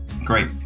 Great